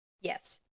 yes